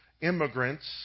immigrants